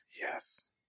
Yes